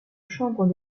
chambre